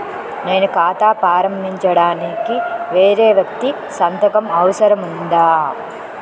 నేను ఖాతా ప్రారంభించటానికి వేరే వ్యక్తి సంతకం అవసరం ఉందా?